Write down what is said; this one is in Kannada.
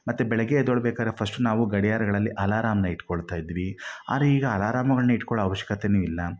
ಮತ್ತು ಬೆಳಗ್ಗೆ ಎದ್ದೇಳ್ಬೇಕಾದ್ರೆ ಫಶ್ಟ್ ನಾವು ಗಡಿಯಾರಗಳಲ್ಲಿ ಅಲಾರಾಂನ ಇಟ್ಕೊಳ್ತಾಯಿದ್ವಿ ಆದರೆ ಈಗ ಅಲಾರಾಂಗಳನ್ನ ಇಟ್ಕೊಳ್ಳೋ ಅವಶ್ಯಕತೆನೂ ಇಲ್ಲ